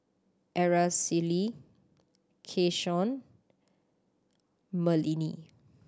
Aracely Keshawn Merlene